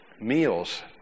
meals